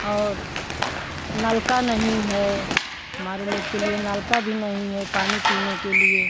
और नलका नहीं है हमारे लोग के लिए नलका भी नहीं है पानी पीने के लिए